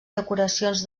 decoracions